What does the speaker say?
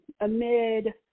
amid